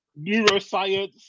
neuroscience